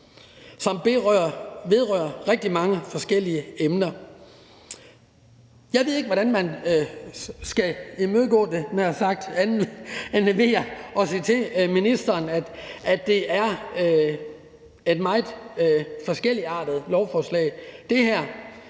som vedrører rigtig mange forskellige emner. Jeg ved ikke, hvordan man skal imødegå det, andet end ved at sige til ministeren, at det er et meget forskelligartet lovforslag.